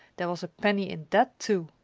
there was a penny in that too!